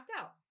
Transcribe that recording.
out